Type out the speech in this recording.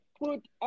put